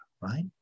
right